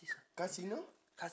casino ca~